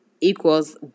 equals